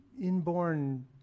inborn